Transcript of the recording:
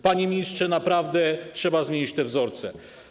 Panie ministrze, naprawdę trzeba zmienić te wzorce.